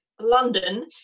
London